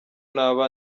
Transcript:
naba